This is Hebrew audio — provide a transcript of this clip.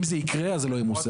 אם זה יקרה, אז זה לא יחויב במס.